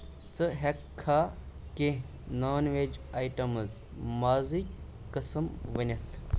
ژٕ ہیٚکھا کینٛہہ نان ویج آیٹمٕز مازٕکۍ قٕسم ؤنِتھ؟